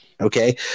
Okay